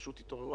פשוט תתעוררו.